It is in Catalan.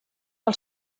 del